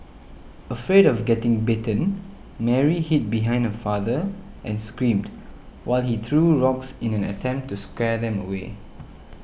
afraid of getting bitten Mary hid behind her father and screamed while he threw rocks in an attempt to scare them away